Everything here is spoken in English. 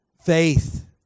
Faith